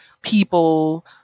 people